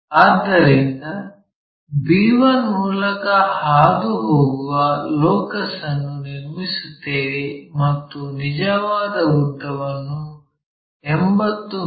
ಆದ್ದರಿಂದ b1 ಮೂಲಕ ಹಾದುಹೋಗುವ ಲೋಕಸ್ ಅನ್ನು ನಿರ್ಮಿಸುತ್ತೇವೆ ಮತ್ತು ನಿಜವಾದ ಉದ್ದವನ್ನು 80 ಮಿ